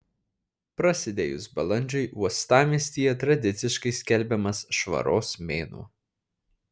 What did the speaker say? prasidėjus balandžiui uostamiestyje tradiciškai skelbiamas švaros mėnuo